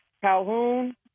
Calhoun